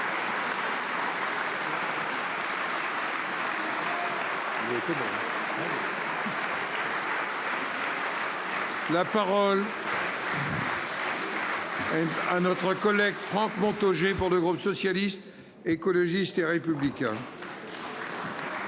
La parole est à M. Franck Montaugé, pour le groupe Socialiste, Écologiste et Républicain.